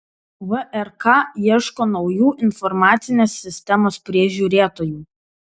vrk ieško naujų informacinės sistemos prižiūrėtojų